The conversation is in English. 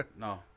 No